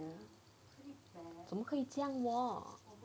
怎么可以这样 orh